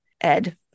Ed